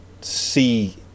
see